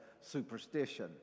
superstition